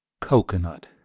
Coconut